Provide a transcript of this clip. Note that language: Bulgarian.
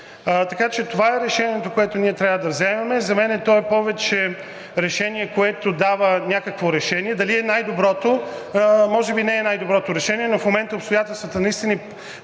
така че това е решението, което трябва да вземем. За мен то е повече решение, което дава някакво решение. Дали е най доброто? Може би не е най-доброто решение, но в момента обстоятелствата наистина